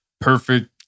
perfect